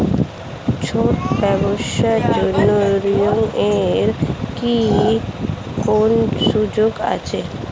ছোট ব্যবসার জন্য ঋণ এর কি কোন সুযোগ আছে?